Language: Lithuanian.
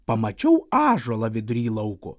pamačiau ąžuolą vidury lauko